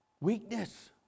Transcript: weakness